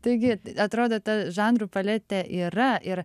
taigi atrodė ta žanrų paletė yra ir